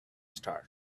star